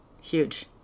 Huge